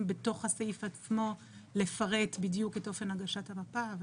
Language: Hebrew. בתוך הסעיף עצמו לפרט בדיוק את אופן הגשת המפה.